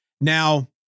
Now